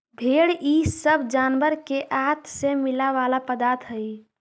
भेंड़ इ सब जानवर के आँत से मिला वाला पदार्थ हई